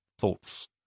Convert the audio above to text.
thoughts